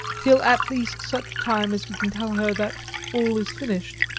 till at least such time as we can tell her that all is finished,